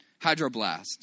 Hydroblast